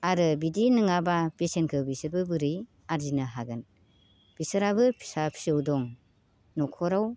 आरो बिदि नङाबा बेसेनखौ बिसोरबो बोरै आरजिनो हागोन बिसोरहाबो फिसा फिसौ दं न'खराव